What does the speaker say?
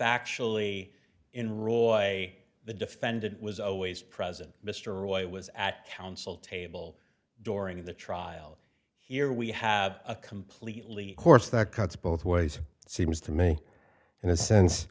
factually in roy the defendant was always present mr roy was at counsel table during the trial here we have a completely course that cuts both ways seems to me in a sense